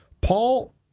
Paul